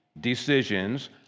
decisions